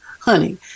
honey